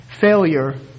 failure